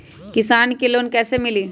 किसान के लोन कैसे मिली?